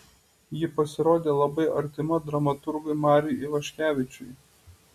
ji pasirodė labai artima dramaturgui mariui ivaškevičiui